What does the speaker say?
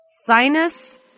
Sinus